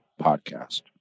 podcast